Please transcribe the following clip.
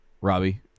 Robbie